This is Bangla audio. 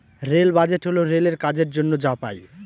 রেল বাজেট হল রেলের কাজের জন্য যা পাই